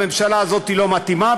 הממשלה הזאת לא מתאימה,